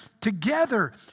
together